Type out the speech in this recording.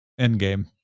Endgame